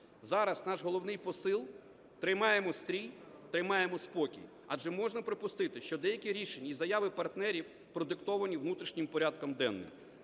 Зараз наш головний посил – тримаємо стрій, тримаємо спокій, адже можна припустити, що деякі рішення і заяви партнерів продиктовані внутрішнім порядком денним.